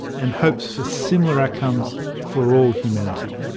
and hope for similar outcomes for all humanity.